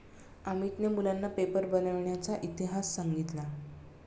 अमितने मुलांना पेपर बनविण्याचा इतिहास सांगितला